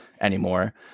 anymore